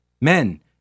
Men